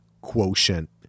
quotient